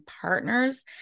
partners